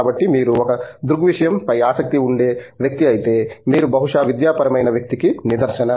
కాబట్టి మీరు ఒక దృగ్విషయంపై ఆసక్తి ఉండే వ్యక్తి అయితే మీరు బహుశా విద్యాపరమైన వక్తి కి నిదర్శన